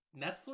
Netflix